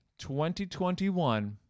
2021